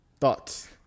Thoughts